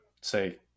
say